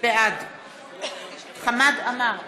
בעד חמד עמאר,